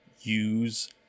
use